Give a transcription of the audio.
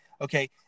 okay